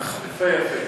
נכון.